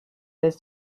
this